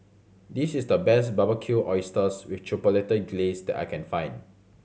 this is the best Barbecued Oysters with Chipotle Glaze that I can find